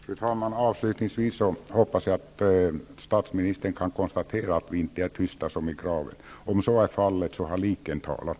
Fru talman! Avslutningsvis hoppas jag att statsministern nu kunnat konstatera att vi inte är tysta som i graven. Om så är fallet har liken nu talat.